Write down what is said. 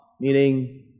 meaning